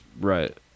Right